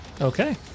Okay